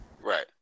Right